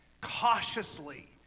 cautiously